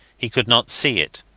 he could not see it,